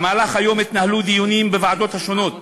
במהלך היום התנהלו דיונים בוועדות השונות